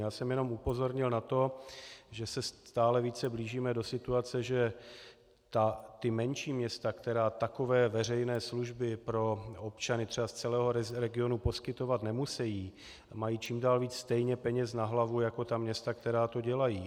Já jsem jenom upozornil na to, že se stále více blížíme do situace, že menší města, která takové veřejné služby pro občany třeba z celého regionu poskytovat nemusejí, mají čím dál víc stejně peněz na hlavu jako ta města, která to dělají.